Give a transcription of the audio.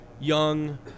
young